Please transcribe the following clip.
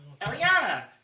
Eliana